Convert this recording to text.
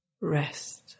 rest